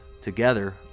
Together